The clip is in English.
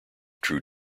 true